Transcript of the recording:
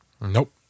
Nope